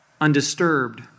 undisturbed